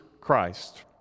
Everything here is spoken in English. Christ